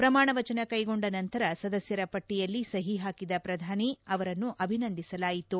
ಪ್ರಮಾಣವಜನ ಕೈಗೊಂಡ ನಂತರ ಸದಸ್ಯರ ಪಟ್ಟಿಯಲ್ಲಿ ಸಹಿಹಾಕಿದ ಪ್ರಧಾನಿ ಅವರನ್ನು ಅಭಿನಂದಿಸಲಾಯಿತು